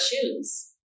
shoes